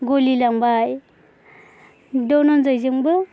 गलिलांबाय धनन्जयजोंबो